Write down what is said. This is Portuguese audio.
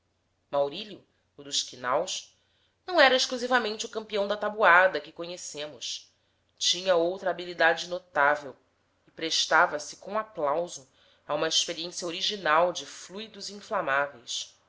maurílio o dos quinaus neo era exclusivamente o campeão da tatuada que conhecemos tinha outra habilidade notável e prestava se com aplauso a uma experiência original de fluidos inflamáveis